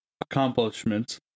Accomplishments